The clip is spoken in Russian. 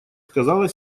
сказала